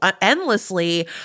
endlessly